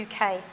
UK